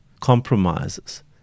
compromises